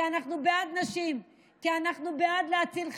כי אנחנו בעד נשים, כי אנחנו בעד להציל חיים.